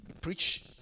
preach